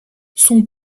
son